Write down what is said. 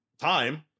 time